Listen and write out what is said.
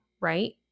right